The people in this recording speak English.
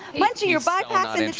munchy, you're bypassing